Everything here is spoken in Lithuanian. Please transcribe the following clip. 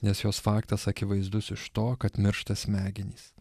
nes jos faktas akivaizdus iš to kad miršta smegenys